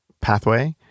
pathway